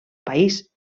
país